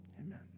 Amen